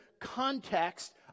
context